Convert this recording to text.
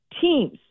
teams